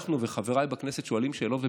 אנחנו וחבריי בכנסת שואלים שאלות,